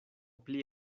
pli